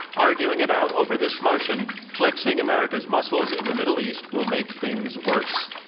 arguing it out over this motion flexing america's muscles in the middle east will make things worse.